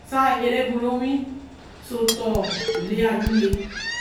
saā e re bo ru owi oso oton ole-ya ru e ne.